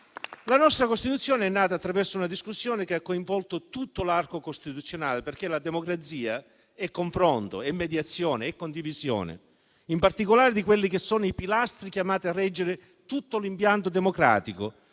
La nostra Costituzione è nata attraverso una discussione che ha coinvolto tutto l'arco costituzionale, perché la democrazia è confronto, mediazione, condivisione in particolare dei pilastri chiamati a reggere tutto l'impianto democratico,